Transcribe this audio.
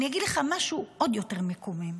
אגיד לך משהו עוד יותר מקומם: